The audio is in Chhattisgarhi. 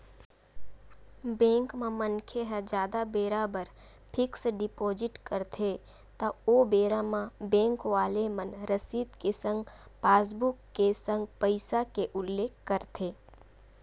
बेंक म मनखे ह जादा बेरा बर फिक्स डिपोजिट करथे त ओ बेरा म बेंक वाले मन रसीद के संग पासबुक के संग पइसा के उल्लेख करथे